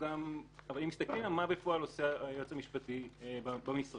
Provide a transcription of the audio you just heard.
אם מסתכלים על מה בפועל עושה היועץ המשפטי במשרד,